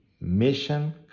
mission